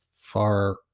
far